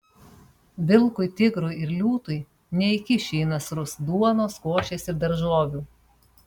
vilkui tigrui ir liūtui neįkiši į nasrus duonos košės ir daržovių